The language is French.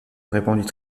répondit